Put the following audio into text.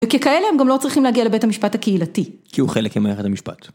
וככאלה הם גם לא צריכים להגיע לבית המשפט הקהילתי. - כי הוא חלק ממערכת המשפט.